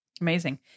Amazing